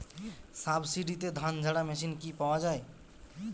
সাবসিডিতে ধানঝাড়া মেশিন কি পাওয়া য়ায়?